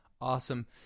Awesome